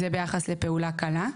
זה ביחס לפעולה קלה.